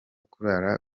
kurara